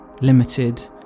limited